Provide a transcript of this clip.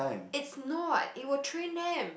it's not it will train them